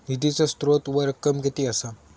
निधीचो स्त्रोत व रक्कम कीती असा?